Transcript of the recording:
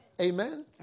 Amen